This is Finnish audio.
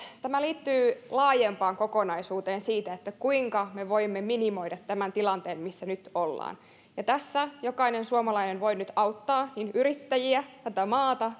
tämä liittyy laajempaan kokonaisuuteen siitä kuinka me voimme minimoida tämän tilanteen missä nyt ollaan tässä jokainen suomalainen voi nyt auttaa niin yrittäjiä tätä maata